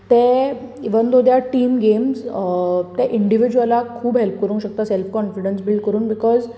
ते even though they are team games ते इंडिव्यूजलाक खूब हेल्प करूंक शकता सेल्फ काॅन्फिडन्स बिल्ड करून बीकाॅज